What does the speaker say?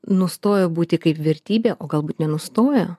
nustojo būti kaip vertybė o galbūt nenustojo